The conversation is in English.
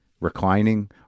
reclining